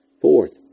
Fourth